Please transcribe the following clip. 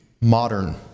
modern